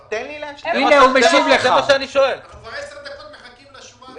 כבר 10 דקות אנחנו מחכים לשורה התחתונה.